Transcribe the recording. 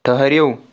ٹھہرِو